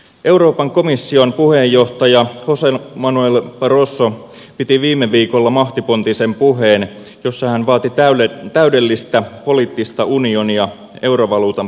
euroopan komission puheenjohtaja jose manuel barroso piti viime viikolla mahtipontisen puheen jossa hän vaati täydellistä poliittista unionia eurovaluutan pelastamiseksi